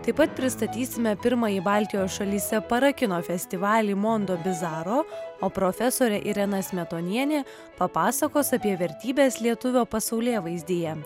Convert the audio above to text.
taip pat pristatysime pirmąjį baltijos šalyse parakino festivalį mondobizaro o profesorė irena smetonienė papasakos apie vertybes lietuvio pasaulėvaizdyje